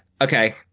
Okay